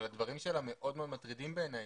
אבל הדברים שלה מאוד מאוד מטרידים בעיניי.